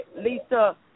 Lisa